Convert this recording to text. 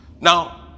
Now